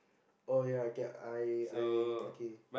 oh ya I get I I okay